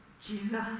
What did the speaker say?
Jesus